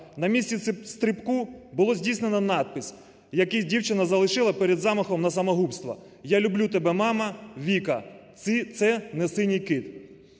На місці стрибка було здійснено напис, який дівчина залишила перед замахом на самогубство: "Я люблю тебе, мама. Віка. Це не синій кит".